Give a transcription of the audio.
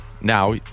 Now